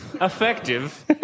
Effective